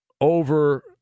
over